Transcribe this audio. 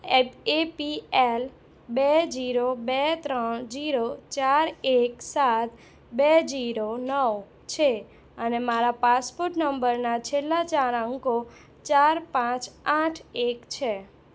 at AP L બે zero બે ત્રણ જીરો ચાર એક સાત બે જીરો નવ છે અને મારા પાસપોટ નંબરના છેલ્લા ચાર અંકો ચાર પાંચ આઠ એક છે